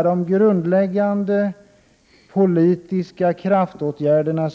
har efterlyst grundläggande politiska kraftåtgärder.